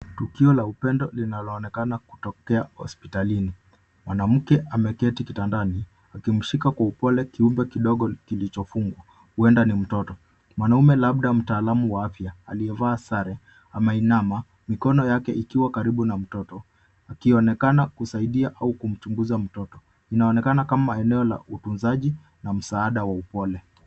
Tukio la upendo linaloonekana kutokea hospitalini. Mwanamke ameketi kitandani akimshika kwa upole kiumbe kidogo kilichofungwa, huenda ni mtoto. Mwanamume, labda mtaalamu wa afya, aliyevaa sare, ameinama, mikono yake ikiwa karibu na mtoto, akionekana kusaidia au kumchunguza mtoto. Inaonekana kama eneo la utunzaji na msaada wa upole.